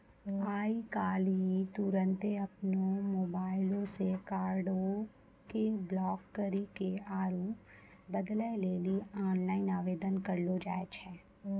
आइ काल्हि तुरन्ते अपनो मोबाइलो से कार्डो के ब्लाक करि के आरु बदलै लेली आनलाइन आवेदन करलो जाय छै